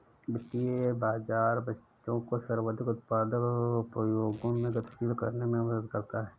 वित्तीय बाज़ार बचतों को सर्वाधिक उत्पादक उपयोगों में गतिशील करने में मदद करता है